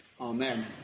amen